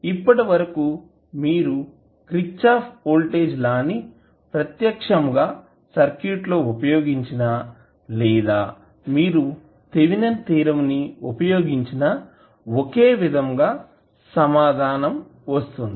ఇప్పటివరకు మీరు Kirchhoff voltage law ని ప్రత్యేక్షముగా సర్క్యూట్ లో ఉపయోగించిన లేదా మీరు థేవినిన్ థీరం ని ఉపయోగించిన ఒకే విధంగా సమాధానం వస్తుంది